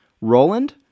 Roland